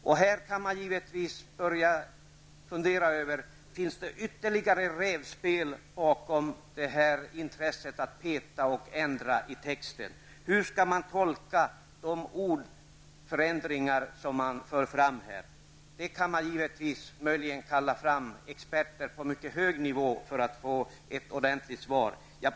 Man kan fråga sig om det ligger ytterligare rävspel bakom intresset för att peta och ändra i texten. Hur skall man annars tolka de förslag till förändringar som här förs fram? Man kan förstås anlita experter på hög nivå för att få ett ordentligt svar på den frågan.